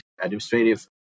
administrative